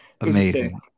amazing